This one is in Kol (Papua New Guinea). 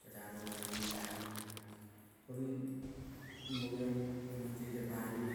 Kegiong gal meo talong, koing mo geiong amang tete palive